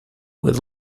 with